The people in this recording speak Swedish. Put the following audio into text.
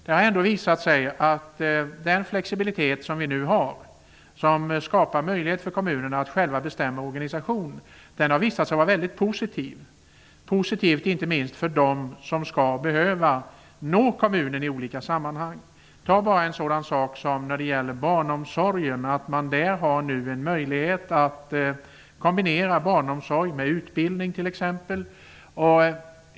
Det har visat sig att den flexibilitet som nu finns, som skapar möjlighet för kommunerna att själva bestämma organisation, är mycket positiv, inte minst för dem som behöver nå kommunen i olika sammanhang. Ta bara en sådan sak som barnomsorgen, där man nu har möjlighet att kombinera barnomsorg med utbildning.